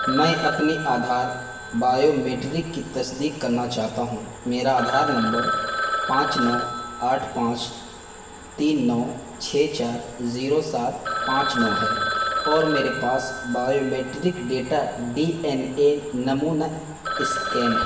میں اپنے آدھار بایومیٹرک کی تصدیق کرنا چاہتا ہوں میرا آدھار نمبر پانچ نو آٹھ پانچ تین نو چھ چار زیرو سات پانچ نو ہے اور میرے پاس biometric data D N A نمونہ اسکین ہے